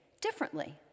differently